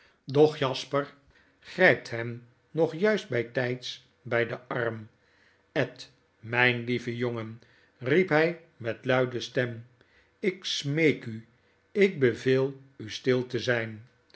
jasper grgpt hem nog juist bgtgds bg den arm ed mgn lieve jongen riep hg met luide stem ik smeek u ik beveel u stil te zijnl